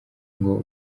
ngo